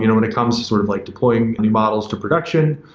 you know when it comes to sort of like deploying new models to production,